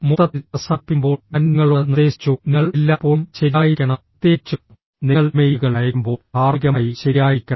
മൊത്തത്തിൽ അവസാനിപ്പിക്കുമ്പോൾ ഞാൻ നിങ്ങളോട് നിർദ്ദേശിച്ചു നിങ്ങൾ എല്ലായ്പ്പോഴും ശരിയായിരിക്കണം പ്രത്യേകിച്ചും നിങ്ങൾ ഇമെയിലുകൾ അയയ്ക്കുമ്പോൾ ധാർമ്മികമായി ശരിയായിരിക്കണം